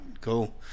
Cool